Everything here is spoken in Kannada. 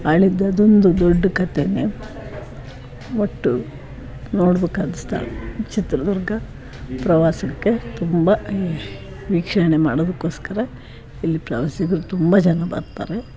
ಆಳಿದ್ದು ಅದೊಂದು ದೊಡ್ಡ ಕಥೆನೇ ಒಟ್ಟು ನೋಡ್ಬೇಕಾದ ಸ್ಥಳ ಚಿತ್ರದುರ್ಗ ಪ್ರವಾಸಕ್ಕೆ ತುಂಬ ವೀಕ್ಷಣೆ ಮಾಡೊದಕ್ಕೋಸ್ಕರ ಇಲ್ಲಿ ಪ್ರವಾಸಿಗರು ತುಂಬ ಜನ ಬರ್ತಾರೆ